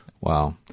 Wow